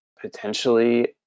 potentially